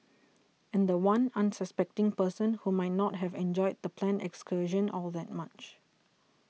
and the one unsuspecting person who might not have enjoyed the planned excursion all that much